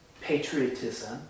patriotism